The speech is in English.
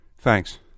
Thanks